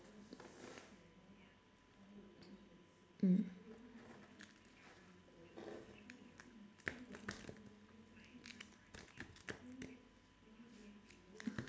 mm